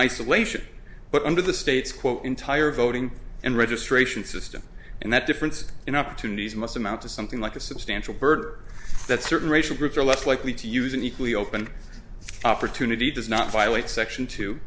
isolation but under the state's quote entire voting and registration system and that difference in opportunities must amount to something like a substantial bird that certain racial groups are less likely to use an equally open opportunity does not violate section t